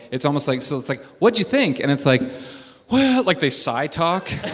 it's almost like so it's like, what'd you think? and it's like, well like, they sigh talk.